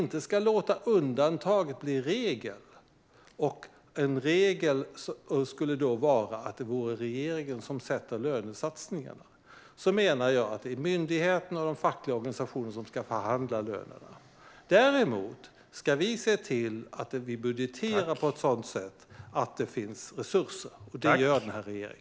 Man kan dock inte låta undantaget bli regel, vilket i detta fall skulle vara att regeringen sätter lönerna. Jag menar att myndigheterna och de fackliga organisationerna ska förhandla om löner. Vi ska däremot se till att budgetera så att det finns resurser, och det gör denna regering.